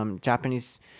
Japanese